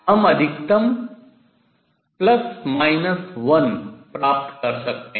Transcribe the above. हम अधिकतम ±1 प्राप्त कर सकते हैं